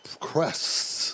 crests